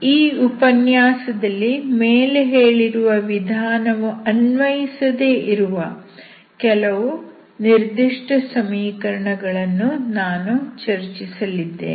ಈ ಉಪನ್ಯಾಸದಲ್ಲಿ ಮೇಲೆ ಹೇಳಿರುವ ವಿಧಾನವು ಅನ್ವಯಿಸದೆ ಇರುವ ಕೆಲವು ನಿರ್ದಿಷ್ಟ ಸಮೀಕರಣಗಳನ್ನು ನಾನು ಚರ್ಚಿಸಲಿದ್ದೇನೆ